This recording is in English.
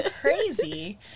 crazy